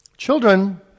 Children